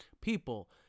people